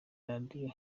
radio